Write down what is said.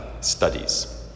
studies